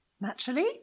Naturally